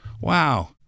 Wow